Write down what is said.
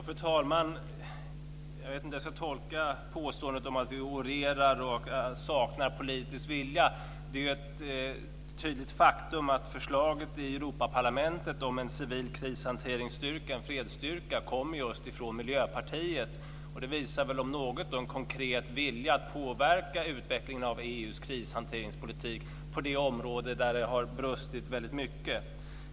Fru talman! Jag vet inte hur jag ska tolka påståendet om att vi orerar och saknar politisk vilja. Det är ju ett tydligt faktum att förslaget i Europaparlamentet om en civil krishanteringsstyrka, en fredsstyrka, kommer just från Miljöpartiet. Det visar väl om något en konkret vilja att påverka utvecklingen av EU:s krishanteringspolitik på det område där det har brustit väldigt mycket.